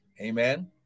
Amen